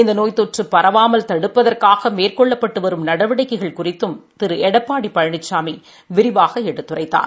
இந்த நோய் தொற்று பரவாமல் தடுப்பதற்காக மேற்கொள்ளப்பட்டு வரும் நடவடிக்கைகள் குறித்து திரு எடப்பாடி பழனிசாமி விரிவாக எடுத்துரைத்தார்